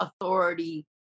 authority